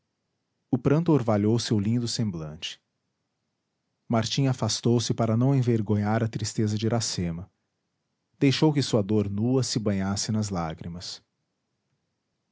o pranto orvalhou seu lindo semblante martim afastou-se para não envergonhar a tristeza de iracema deixou que sua dor nua se banhasse nas lágrimas